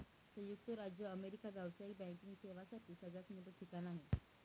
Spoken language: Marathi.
संयुक्त राज्य अमेरिका व्यावसायिक बँकिंग सेवांसाठी सगळ्यात मोठं ठिकाण आहे